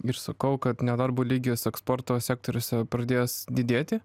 ir sakau kad nedarbo lygis eksporto sektoriuose pradės didėti